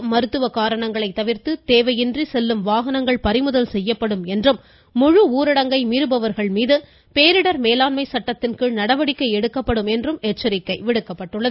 தீவிர மருத்துவ காரணங்களை தவிர்து தேவையின்றி செல்லும் வாகனங்கள் பறிமுதல் செய்யப்படும் என்றும் முழு ஊரடங்கை மீறுபவர்கள் மீது பேரிடர் மேலாண்மை சட்டத்தின்கீழ் நடவடிக்கை எடுக்கப்படும் என்றும் எச்சரிக்கை விடுக்கப்பட்டுள்ளது